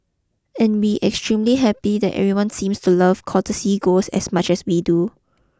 and we extremely happy that everyone seems to love courtesy ghost as much as we do